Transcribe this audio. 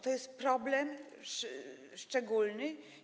To jest problem szczególny.